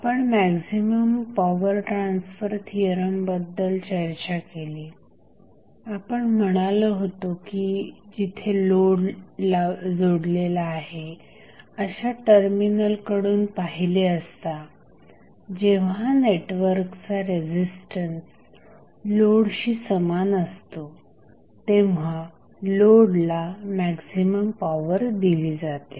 आपण maximum power transfer थिअरमबद्दल चर्चा केली आपण म्हणालो होतो की जिथे लोड जोडलेला आहे अशा टर्मिनलकडून पाहिले असता जेव्हा नेटवर्कचा रेझिस्टन्स लोडशी समान असतो तेव्हा लोडला मॅक्झिमम पॉवर दिली जाते